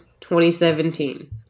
2017